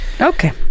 Okay